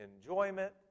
enjoyment